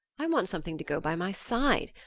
i want something to go by my side.